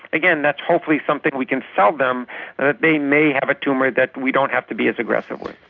again that's hopefully something we can tell them, that they may have a tumour that we don't have to be as aggressive with.